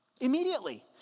Immediately